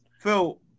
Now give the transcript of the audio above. Phil